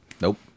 nope